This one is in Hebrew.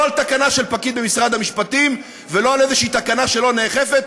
לא על תקנה של פקיד במשרד המשפטים ולא על איזה תקנה שלא נאכפת.